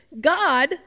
God